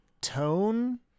tone